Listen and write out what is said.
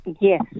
Yes